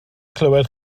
clywed